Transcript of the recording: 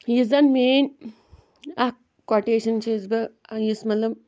یُس زَنہٕ میٲنۍ اَکھ کوٹیشَن چھِ یُس بہٕ یُس مطلب